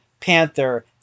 Panther